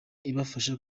ibafasha